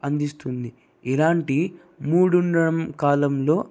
అందిస్తుంది ఇలాంటి మూడున్న కాలంలో